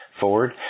forward